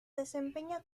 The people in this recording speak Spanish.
desempeña